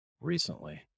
recently